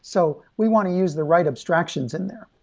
so we want to use the right abstractions in there.